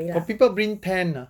got people bring tent ah